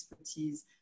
expertise